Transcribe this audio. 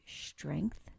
strength